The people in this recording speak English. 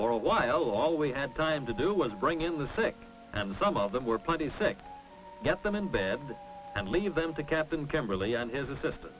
for a while all we had time to do was bring it was sick and some of them were plenty sick get them in bed and leave them to captain kimberly and his assistant